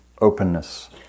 openness